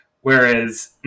whereas